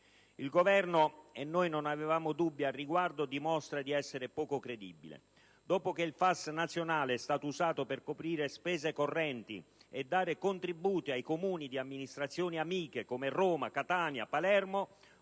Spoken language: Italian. Il Governo, e noi non avevamo dubbi al riguardo, dimostra di essere poco credibile. Dopo che il FAS nazionale è stato usato per coprire spese correnti e dare contributi ai Comuni di amministrazioni amiche, come Roma, Catania e Palermo,